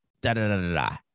da-da-da-da-da